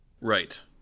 Right